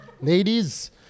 ladies